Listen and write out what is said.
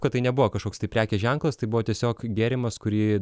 kad tai nebuvo kažkoks tai prekės ženklas tai buvo tiesiog gėrimas kurį